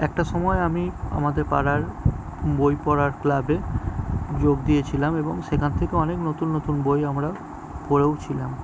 একটা সময় আমি আমাদের পাড়ার বই পড়ার ক্লাবে যোগ দিয়েছিলাম এবং সেখান থেকে অনেক নতুন নতুন বই আমরা পড়েওছিলাম